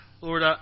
Lord